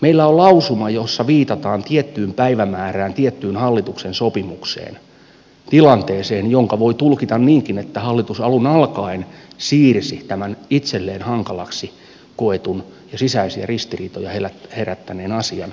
meillä on lausuma jossa viitataan tiettyyn päivämäärään tiettyyn hallituksen sopimukseen tilanteeseen jonka voi tulkita niinkin että hallitus alun alkaen siirsi tämän itselleen hankalaksi koetun ja sisäisiä ristiriitoja herättäneen asian seuraavalle hallitukselle